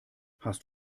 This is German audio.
hast